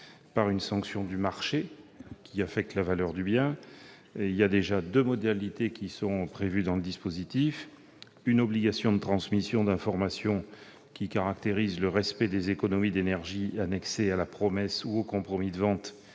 par une sanction du marché qui affecte la valeur du bien. Par ailleurs, deux modalités sont déjà prévues dans le dispositif : une obligation de transmission d'informations qui caractérisent le respect des économies d'énergie, en annexe à la promesse ou au compromis de vente